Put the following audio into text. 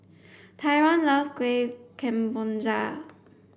Tyron love Kuih Kemboja